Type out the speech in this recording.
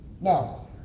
Now